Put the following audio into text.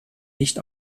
nicht